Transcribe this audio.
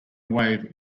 wave